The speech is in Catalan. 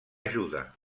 ajuda